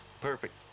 Perfect